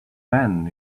pan